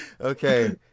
Okay